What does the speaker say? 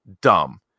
dumb